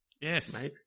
yes